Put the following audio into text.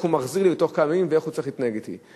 איך הוא מחזיר לי תוך כמה ימים ואיך הוא צריך להתנהג אתי.